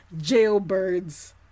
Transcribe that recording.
Jailbirds